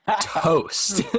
toast